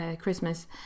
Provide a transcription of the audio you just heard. Christmas